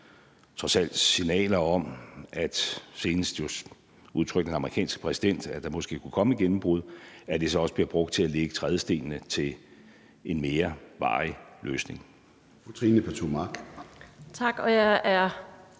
trods alt signaler om – senest udtrykte den amerikanske præsident, at der måske kunne komme et gennembrud – at det så også bliver brugt til at lægge trædestenene til en mere varig løsning.